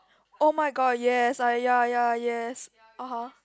oh my god yes like ya ya yes (uh huh)